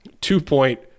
two-point